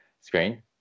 screen